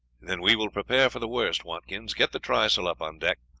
then we will prepare for the worst, watkins get the trysail up on deck.